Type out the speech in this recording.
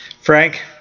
Frank